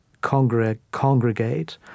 congregate